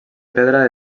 pedra